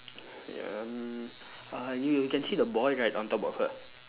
um uh you can see the boy right on top of her